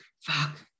Fuck